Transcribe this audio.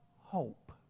hope